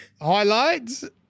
Highlights